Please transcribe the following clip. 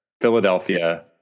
Philadelphia